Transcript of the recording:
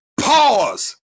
pause